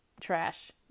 trash